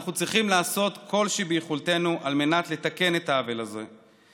אנחנו צריכים לעשות כל שביכולתנו על מנת לתקן את העוול הזה.